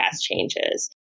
changes